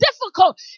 difficult